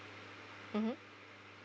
mmhmm